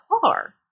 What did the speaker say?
car